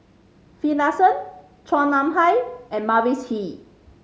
Finlayson Chua Nam Hai and Mavis Hee